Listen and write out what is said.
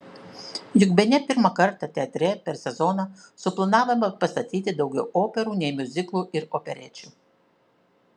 juk bene pirmą kartą teatre per sezoną suplanavome pastatyti daugiau operų nei miuziklų ir operečių